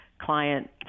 client